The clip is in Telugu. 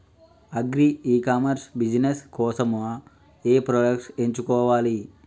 అగ్రి ఇ కామర్స్ బిజినెస్ కోసము ఏ ప్రొడక్ట్స్ ఎంచుకోవాలి?